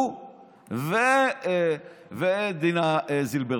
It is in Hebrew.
הוא ודינה זילבר,